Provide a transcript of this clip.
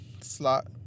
slot